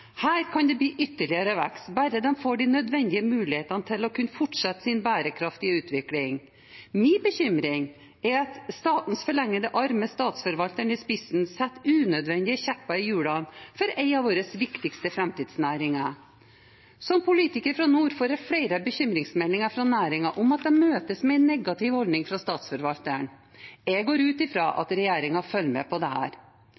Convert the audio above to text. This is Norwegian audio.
Her kan det bli ytterligere vekst, bare de får de nødvendige mulighetene til å kunne fortsette sin bærekraftige utvikling. Min bekymring er at statens forlengede arm, med statsforvalteren i spissen, setter unødvendige kjepper i hjulene for en av våre viktigste framtidsnæringer. Som politiker fra nord får jeg flere bekymringsmeldinger fra næringen om at de møtes med en negativ holdning fra statsforvalteren. Jeg går ut